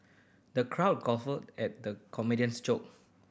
the crowd guffawed at the comedian's joke